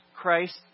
Christ